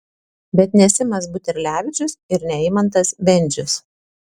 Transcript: bet ne simas buterlevičius ir ne eimantas bendžius